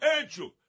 Andrew